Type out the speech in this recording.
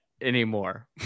anymore